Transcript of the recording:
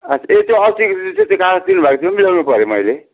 अच्छा ए त्यो अस्ति त्यो कागज दिनुभएको त्यो पनि ल्याउनु पऱ्यो मैले